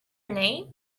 name